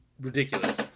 ridiculous